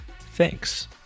Thanks